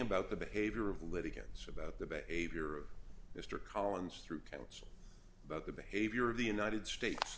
about the behavior of litigants about the behavior of mr collins through counsel about the behavior of the united states